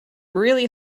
really